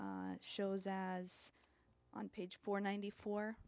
shows as on page four ninety four